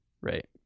right